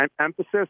emphasis